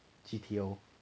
G_T_O